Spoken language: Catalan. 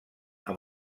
amb